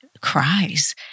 cries